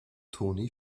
toni